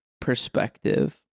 perspective